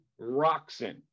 Roxon